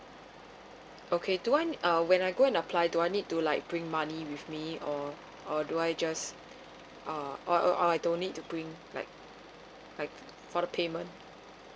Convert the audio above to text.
okay do I need~ uh when I go and apply do I need to like bring money with me or or do I just uh or or I don't need to bring like like for the payment